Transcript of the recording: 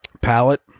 Palette